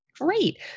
Great